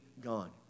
gone